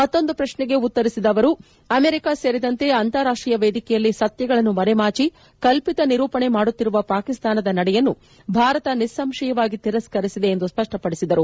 ಮತ್ತೊಂದು ಪ್ರಶ್ನೆಗೆ ಉತ್ತರಿಸಿದ ಅವರು ಅಮೆರಿಕಾ ಸೇರಿದಂತೆ ಅಂತಾರಾಷ್ಟೀಯ ವೇದಿಕೆಯಲ್ಲಿ ಸತ್ಯಗಳನ್ನು ಮರೆಮಾಚಿ ಕಲ್ಪಿತ ನಿರೂಪಣೆ ಮಾಡುತ್ತಿರುವ ಪಾಕಿಸ್ತಾನದ ನಡೆಯನ್ನು ಭಾರತ ನಿಸ್ಪಂಶಯವಾಗಿ ತಿರಸ್ನ ರಿಸಿದೆ ಎಂದು ಸ್ಪಷ್ಪಪದಿಸಿದರು